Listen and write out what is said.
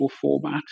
format